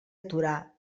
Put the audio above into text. aturar